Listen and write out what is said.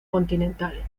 continental